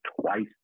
twice